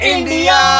India